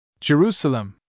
Jerusalem